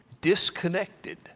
disconnected